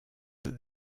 that